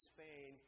Spain